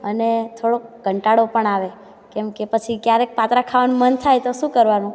અને થોડોક કંટાળો પણ આવે કેમ કે પછી ક્યારેક પાતરા ખાવાનું મન થાય તો શું કરવાનું